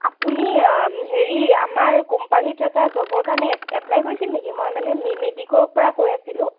আপুনি হেৰি আমাৰ কোম্পানীত এটা জবৰ কাৰণে এপ্লাই কৰিছিল নেকি মই মানে নে মেডিক'ৰ পৰা কৈ আছিলোঁ